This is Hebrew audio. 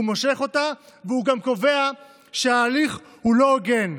והוא מושך אותה, והוא גם קובע שההליך לא הוגן.